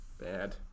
bad